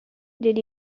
did